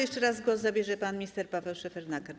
Jeszcze raz głos zabierze pan minister Paweł Szefernaker.